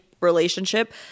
relationship